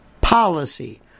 policy